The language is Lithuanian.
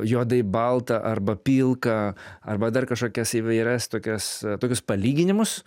juodai balta arba pilka arba dar kažkokias įvairias tokias tokius palyginimus